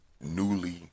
newly